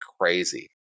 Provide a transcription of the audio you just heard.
crazy